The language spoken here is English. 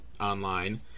online